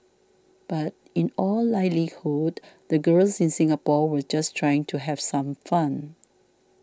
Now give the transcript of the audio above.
but in all likelihood the girls in Singapore were just trying to have some fun